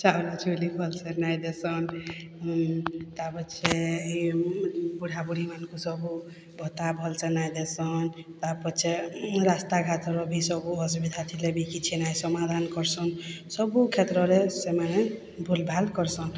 ଚାଉଲା ଚିଉଲୀ ଭଲସେ ନାଇଁ ଦେସନ୍ ତା ପଛେ ବୁଢା ବୁଢ଼ୀମାନଙ୍କୁ ସବୁ ଭତ୍ତା ଭଲସେ ନାଇଁ ଦେସନ୍ ତାର ପଛେ ରାସ୍ତାଘାଟର ବି ସବୁ ଅସୁବିଧା ଥିଲେ ବି କିଛି ନାଇଁ ସମାଧାନ କରସନ୍ ସବୁ କ୍ଷେତ୍ରରେ ସେମାନେ ଭୁଲ ଭାଲ କରସନ୍